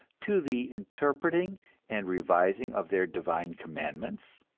to the interpreting and revising of their divine commandments?